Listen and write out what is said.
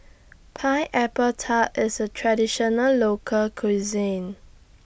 Pineapple Tart IS A Traditional Local Cuisine